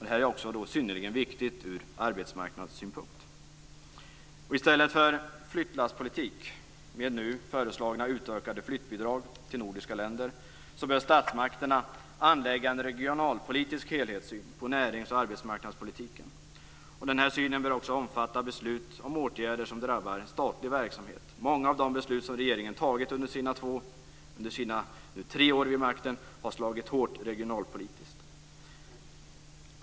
Det är också synnerligen viktigt ur arbetsmarknadssynpunkt. I stället för flyttlasspolitik med nu föreslagna utökade flyttbidrag till nordiska länder bör statsmakterna anlägga en regionalpolitisk helhetssyn på näringsoch arbetsmarknadspolitiken. Den synen bör också omfatta beslut om åtgärder som drabbar statlig verksamhet. Många av de beslut som regeringen fattat under sina nu tre år vid makten har slagit hårt regionalpolitiskt.